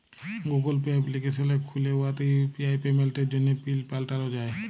Google Pay application খ্যুলে উয়াতে UPI পেমেল্টের জ্যনহে পিল পাল্টাল যায়